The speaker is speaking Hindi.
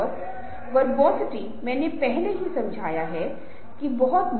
इसलिए किसी व्यक्ति को अन्य व्यक्तियों की शैली को समझना होगा और दूसरों की शैली को बदलना संभव नहीं है